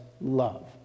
love